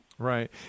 Right